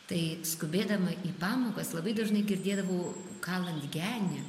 tai skubėdama į pamokas labai dažnai girdėdavau kalant genį